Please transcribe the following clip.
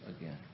again